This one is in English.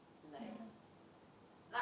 like